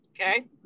Okay